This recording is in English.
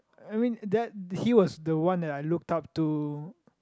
I mean that he was the one that I looked up to